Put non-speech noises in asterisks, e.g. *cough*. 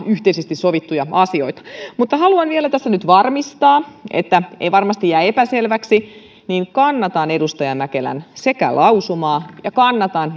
yhteisesti sovittuja asioita mutta haluan vielä tässä nyt varmistaa että ei varmasti jää epäselväksi kannatan edustaja mäkelän lausumaa ja kannatan *unintelligible*